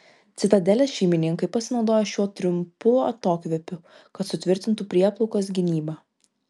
citadelės šeimininkai pasinaudojo šiuo trumpu atokvėpiu kad sutvirtintų prieplaukos gynybą